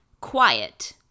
Quiet